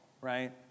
right